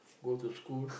go to school